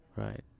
right